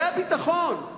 זה הביטחון.